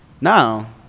Now